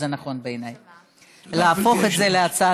זה נכון בעיניי להפוך את זה להצעה